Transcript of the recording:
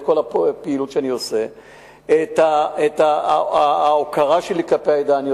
את כל הפעילות שאני עושה ואת ההוקרה שלי כלפי העדה.